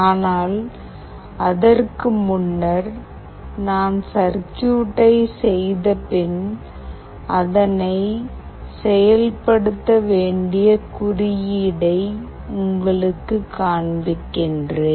ஆனால் அதற்கு முன்னர் நான் சர்க்யூட்டை செய்தபின் அதனை செயல்படுத்தப்பட வேண்டிய குறியீடை உங்களுக்குக் காண்பிக்க்கிறேன்